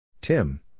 Tim